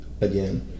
again